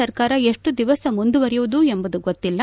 ಸರ್ಕಾರ ಎಷ್ಟು ದಿವಸ ಮುಂದುವರೆಯುವುದು ಎಂಬುದು ಗೊತ್ತಿಲ್ಲ